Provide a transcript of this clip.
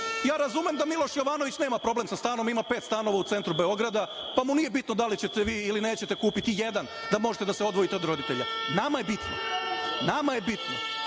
Ja razumem da Miloš Jovanović nema problem sa stanom, on ima pet stanova u centru Beograda, pa mu nije bitno da li ćete vi ili nećete kupiti jedan, da možete da se odvojite od roditelja. Nama je bitno. Nama je bitno.